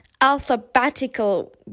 alphabetical